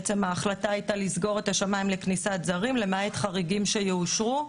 ההחלטה בעצם הייתה לסגור את השמיים לכניסת זרים למעט חריגים שיאושרו,